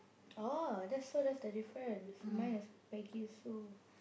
oh that's so that's the difference mine is Peggy-Sue